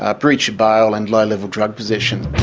ah breach of bail, and low-level drug possession.